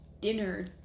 dinner